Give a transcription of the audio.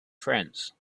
friends